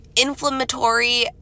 inflammatory